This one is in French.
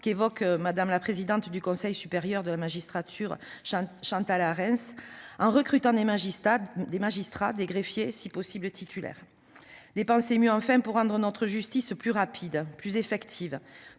la formation plénière du Conseil supérieur de la magistrature, Chantal Arens -en recrutant des magistrats et des greffiers, si possible titulaires. Dépenser mieux enfin pour rendre notre justice plus rapide et plus efficace,